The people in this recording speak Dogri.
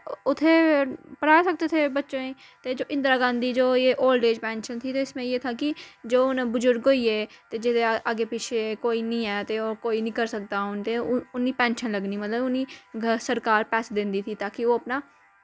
उथे पढ़ा सकते थे बच्चों जे जो Indira Gandhi old age pension थी उसमें यह था कि जो उन बुजुर्गों के जोह्ला आगे पीछे कोई नहीं है ते कोई नेईं कर सकता ते उनेई पेंशन लगनी उनेई सरकार पैसे दिंदी ही ताकी ओह् अपना